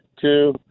Two